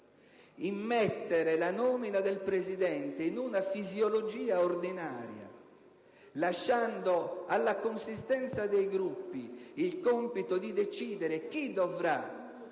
Immettere la nomina del Presidente in una fisiologia ordinaria, lasciando alla consistenza dei Gruppi il compito di decidere chi dovrà